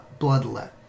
bloodlet